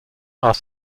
are